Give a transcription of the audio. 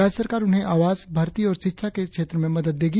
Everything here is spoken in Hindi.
राज्य सरकार उन्हें आवास भर्ती और शिक्षा के क्षेत्र में मदद देगी